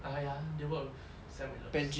(uh huh) ya they worked with sam willows